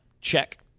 check